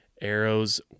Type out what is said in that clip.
arrows